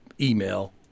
email